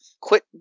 Quit